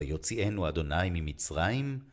ויוציאנו ה' ממצרים